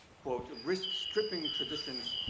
quote, risks stripping traditions,